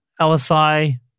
LSI